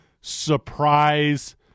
surprise